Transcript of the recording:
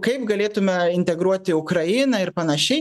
kaip galėtume integruoti ukrainą ir panašiai